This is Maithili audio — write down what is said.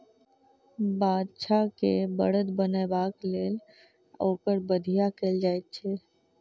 बाछा के बड़द बनयबाक लेल ओकर बधिया कयल जाइत छै